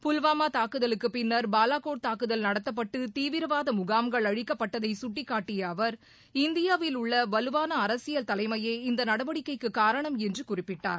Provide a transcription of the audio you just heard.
புல்வாமா தாக்குதலுக்கு பின்னர் பாலாக்கோட் தாக்குதல் நடத்தப்பட்டு தீவிரவாத முகாம்கள் அழிக்கப்பட்டதை சுட்டிக்காட்டிய அவர் இந்தியாவில் உள்ள வலுவான அரசியல் தலைமையே இந்த நடவடிக்கைக்கு காரணம் என்று குறிப்பிட்டார்